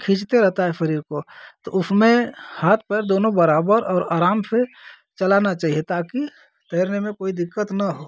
खींचता रहता है शरीर को तो उसमें हाथ पैर दोनों बराबर और आराम से चलाना चाहिए ताकि तैरने में कोई दिक्कत न हो